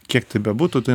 kiek tai bebūtų tai